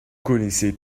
connaissez